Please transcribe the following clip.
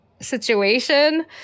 situation